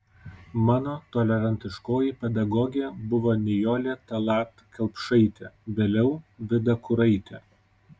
mano tolerantiškoji pedagogė buvo nijolė tallat kelpšaitė vėliau vida kuraitė